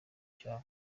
cyabo